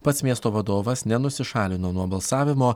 pats miesto vadovas nenusišalino nuo balsavimo